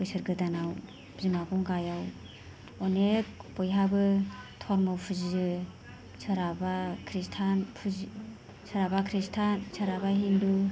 बोसोर गोदानाव बिमा गंगायाव अनेख बयहाबो धर्म' फुजियो सोरहाबा खृष्टान फुजियो सोरहाबा खृष्टान सोरहाबा हिन्दु